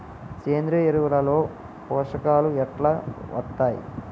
సేంద్రీయ ఎరువుల లో పోషకాలు ఎట్లా వత్తయ్?